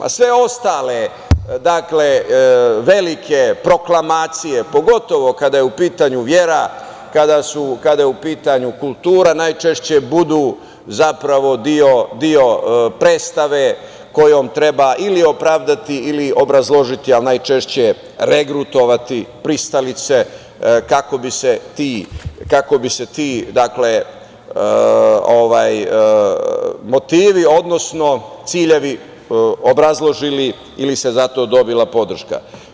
Sve ostale, velike proklamacije, pogotovo kada je u pitanju vera, kada je u pitanju kultura, najčešće budu zapravo deo predstave kojom treba ili opravdati ili obrazložiti ali najčešće regrutovati pristalice kako bi se ti motivi, odnosno ciljevi obrazložili ili se za to dobila podrška.